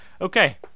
okay